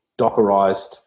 Dockerized